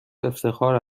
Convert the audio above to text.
افتخار